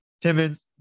Timmons